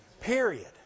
Period